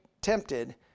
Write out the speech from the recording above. tempted